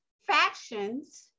factions